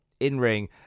in-ring